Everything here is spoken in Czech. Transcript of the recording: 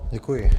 Děkuji.